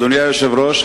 אדוני היושב-ראש,